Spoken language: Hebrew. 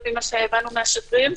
לפי מה שהבנו מן השגריר.